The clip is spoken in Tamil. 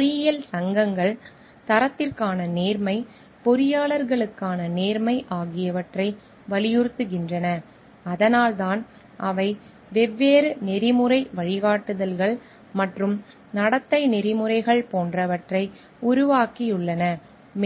பொறியியல் சங்கங்கள் தரத்திற்கான நேர்மை பொறியாளர்களுக்கான நேர்மை ஆகியவற்றை வலியுறுத்துகின்றன அதனால்தான் அவை வெவ்வேறு நெறிமுறை வழிகாட்டுதல்கள் மற்றும் நடத்தை நெறிமுறைகள் போன்றவற்றை உருவாக்கியுள்ளன